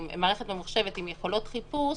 מערכת ממוחשבת עם יכולות חיפוש,